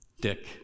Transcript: Dick